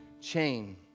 chain